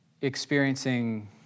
experiencing